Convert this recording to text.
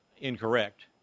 incorrect